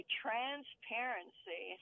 transparency